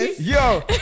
Yo